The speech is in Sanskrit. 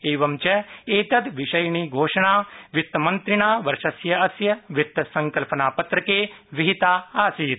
एवञ्च एतद्विषयिणी घोषणा वित्तमंत्रिणा वर्षस्य अस्य वित्त संकल्पनापत्रके विहिता आसीत्